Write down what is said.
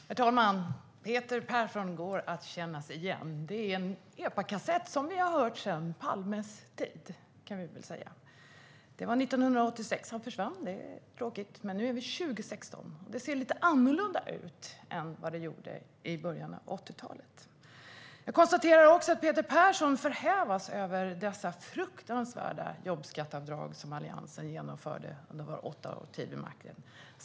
Herr talman! Peter Persson känns igen. Det är en EPA-kassett som vi har hört sedan Palmes tid. Det var 1986 Palme försvann. Det var tråkigt. Men nu är det 2016, och det ser lite annorlunda ut än det gjorde i början av 80-talet. Jag konstaterar att Peter Persson förfäras över dessa fruktansvärda jobbskatteavdrag som Alliansen genomförde under sina åtta år vid makten.